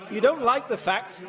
you don't like the facts